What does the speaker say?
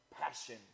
passion